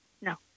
No